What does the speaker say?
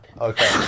Okay